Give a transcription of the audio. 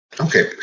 Okay